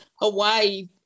Hawaii